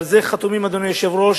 על זה חתומים, אדוני היושב-ראש,